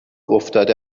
افتاده